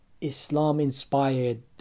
Islam-inspired